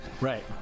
Right